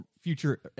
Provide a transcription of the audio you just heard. future